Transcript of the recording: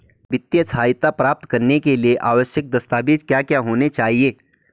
वित्तीय सहायता प्राप्त करने के लिए आवश्यक दस्तावेज क्या क्या होनी चाहिए?